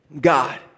God